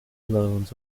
loans